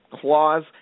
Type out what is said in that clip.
clause